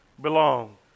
belong